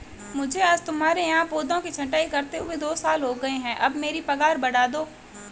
मुझे आज तुम्हारे यहाँ पौधों की छंटाई करते हुए दो साल हो गए है अब मेरी पगार बढ़ा दो